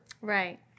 Right